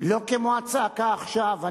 לא כמו הצעקה עכשיו.